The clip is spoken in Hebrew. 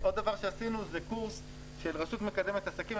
עוד דבר שעשינו זה קורס של רשות מקדמת עסקים.